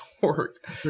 work